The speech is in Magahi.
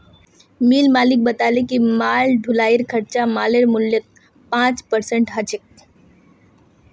मिल मालिक बताले कि माल ढुलाईर खर्चा मालेर मूल्यत पाँच परसेंट ह छेक